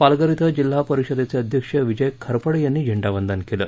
पालघर इथ जिल्हा परिषदेचे अध्यक्ष विजय खरपडे यांनी झेंडावंदन केलं